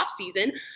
offseason